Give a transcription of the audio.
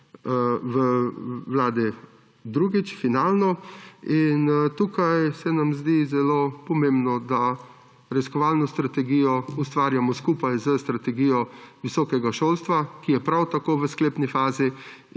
v Vladi drugič, finalno. Tukaj se nam zdi zelo pomembno, da raziskovalno strategijo ustvarjamo skupaj s strategijo visokega šolstva, ki je prav tako v sklepni fazi,